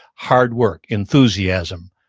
hard work, enthusiasm,